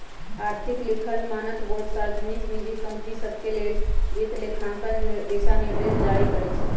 आर्थिक लिखल मानकबोर्ड सार्वजनिक, निजी कंपनि सभके लेल वित्तलेखांकन दिशानिर्देश जारी करइ छै